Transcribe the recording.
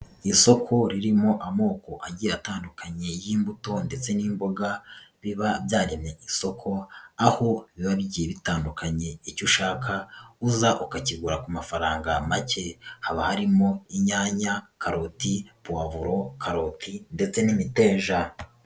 Isoko ririmo amoko agiye atandukanye y'imbuto ndetse n'imboga biba byaremye isoko, aho biba bigiye bitandukanye icyo ushaka uza ukakigura ku mafaranga make, haba harimo inyanya, karoti, puwavuro, karoti ndetse n'imiteja.